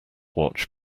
watch